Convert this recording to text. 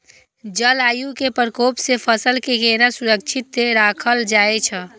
जलवायु के प्रकोप से फसल के केना सुरक्षित राखल जाय छै?